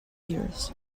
years